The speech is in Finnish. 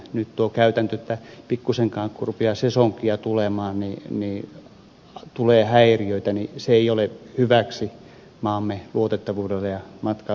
nyt tuo käytäntö että pikkuisenkin kun rupeaa sesonkia tulemaan niin tulee häiriöitä ei ole hyväksi maamme luotettavuudelle ja matkailun kehittämiselle